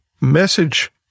message